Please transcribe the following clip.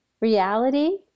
reality